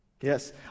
Yes